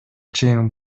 чейин